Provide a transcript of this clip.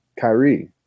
Kyrie